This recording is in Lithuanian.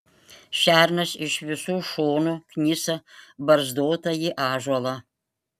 šernas iš visų šonų knisa barzdotąjį ąžuolą